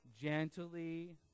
gently